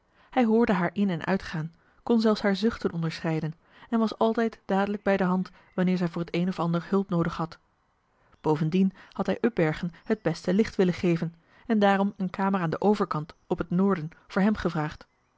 hij hoorde haar in en uitgaan kon zelfs haar zuchten onderscheiden en was altijd dadelijk bij de hand wanneer zij voor t een of ander hulp noodig had bovendien had hij upbergen het beste licht willen geven en daarom een kamer aan den overkant op het noorden voor hem gevraagd